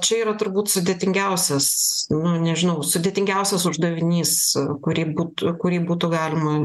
čia yra turbūt sudėtingiausias nu nežinau sudėtingiausias uždavinys kurį būtų kurį būtų galima